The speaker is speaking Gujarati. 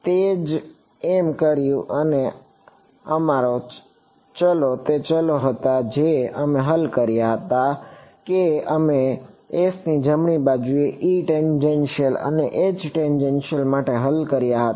તે જ અમે કર્યું અને અમારા ચલો તે ચલો હતા જે અમે હલ કર્યા હતા કે અમે S જમણી બાજુએ E ટેન્જેન્શિયલ અને H ટેન્જેન્શિયલ માટે હલ કર્યા હતા